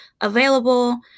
available